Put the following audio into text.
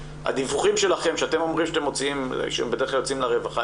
הדיווחים שלכם שאתם אומרים שהם בדרך כלל יוצאים לרווחה,